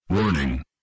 Warning